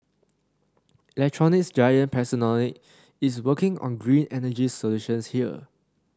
electronics giant is working on green energy solutions here